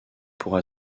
pour